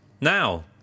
Now